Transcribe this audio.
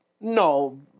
No